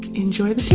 enjoy